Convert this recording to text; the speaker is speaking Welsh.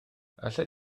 allet